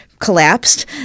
collapsed